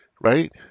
right